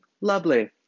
Lovely